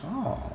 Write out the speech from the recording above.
!wow!